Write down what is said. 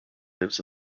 lives